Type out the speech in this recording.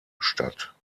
statt